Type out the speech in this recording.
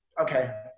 okay